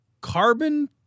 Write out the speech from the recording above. carbon